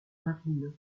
marine